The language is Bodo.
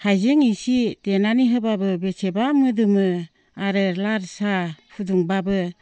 हाइजें इसे देनानै होबाबो बेसेबा मोदोमो आरो लाल साहा फुदुंबाबो